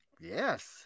Yes